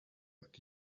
but